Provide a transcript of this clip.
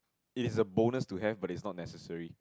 it is a bonus to have but is not necessary